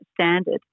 standard